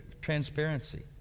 transparency